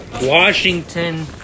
Washington